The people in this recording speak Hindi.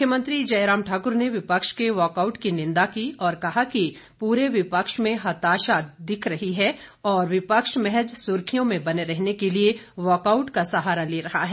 मुख्यमंत्री जयराम ठाकुर ने विपक्ष के वॉकआउट की निंदा की और कहा कि पूरे विपक्ष में हताशा दिख रही है और विपक्ष महज सुर्खियों में बने रहने के लिए वॉकआउट का सहारा ले रहा है